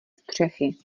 střechy